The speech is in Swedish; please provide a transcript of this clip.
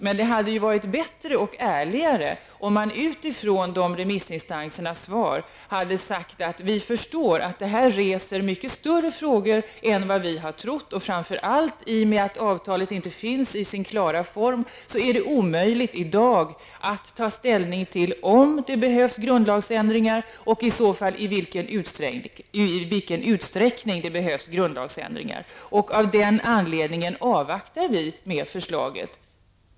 Det hade emellertid varit bättre och ärligare om man med hänsyn till remissvaren hade sagt, att man förstår att detta reser mycket större frågor än vad vi hade trott och att det framför allt därför att avtalet inte föreligger i klar form är omöjligt att i dag ta ställning till om det behövs grundlagsändringar och i så fall i vilken utsträckning. Man borde ha sagt att man av den anledningen avvaktar med förslaget.